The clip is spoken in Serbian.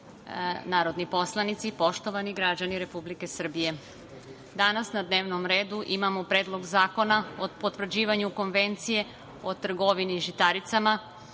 narodni poslanici, poštovani građani Republike Srbije, danas na dnevnom redu imamo Predlog zakona o potvrđivanju Konvencije o trgovini žitaricama